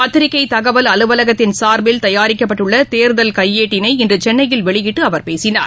பத்திரிகைதகவல் அலுவலகத்தின் சார்பில் தயாரிக்கப்பட்டுள்ளதேர்தல் கையேட்டினை இன்றுசென்னையில் வெளியிட்டுஅவர் பேசினார்